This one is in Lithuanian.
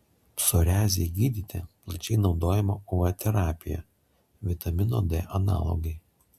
psoriazei gydyti plačiai naudojama uv terapija vitamino d analogai